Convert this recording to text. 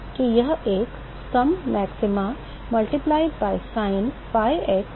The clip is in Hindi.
तो हम कहते हैं कि यह एक योग maxima multiplied by sin pi x by L है